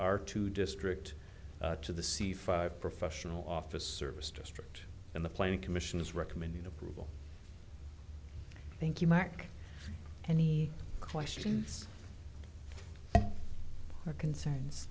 are to district to the c five professional office service district and the planning commission is recommending approval thank you mark any questions or concerns